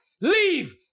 Leave